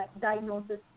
diagnosis